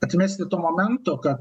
atmesti to momento kad